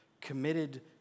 Committed